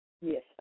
Yes